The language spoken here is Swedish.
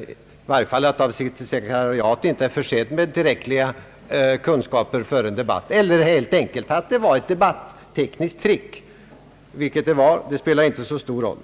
i varje fall hans sekretariat inte skaffat fram tillräckligt material före en debatt — eller helt enkelt begagnade ett debattekniskt trick. Vilket det var spelar inte så stor roll.